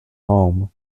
home